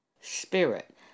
Spirit